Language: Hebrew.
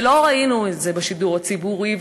ולא ראינו את זה בשידור הציבורי.